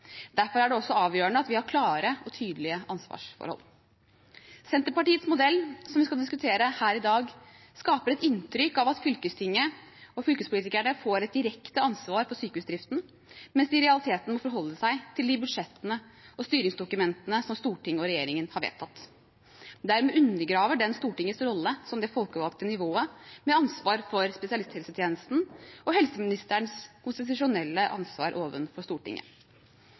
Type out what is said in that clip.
Derfor er det også avgjørende at vi har klare og tydelige ansvarsforhold. Senterpartiets modell, som vi skal diskutere her i dag, skaper et inntrykk av at fylkestingene og fylkespolitikerne får et direkte ansvar for sykehusdriften, mens de i realiteten må forholde seg til de budsjettene og styringsdokumentene som Stortinget og regjeringen har vedtatt. Dermed undergraver den Stortingets rolle som det folkevalgte nivået med ansvar for spesialisthelsetjenesten, og helseministerens konstitusjonelle ansvar overfor Stortinget.